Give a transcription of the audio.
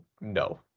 no